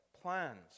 plans